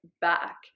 back